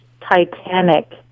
Titanic